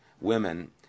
women